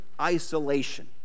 isolation